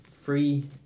free